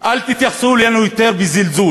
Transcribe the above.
אל תתייחסו אלינו יותר בזלזול.